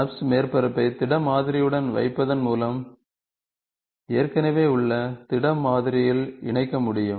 NURBS மேற்பரப்பை திட மாதிரியுடன் தைப்பதன் மூலம் ஏற்கனவே உள்ள திட மாதிரியில் இணைக்க முடியும்